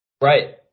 Right